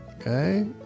Okay